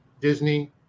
Disney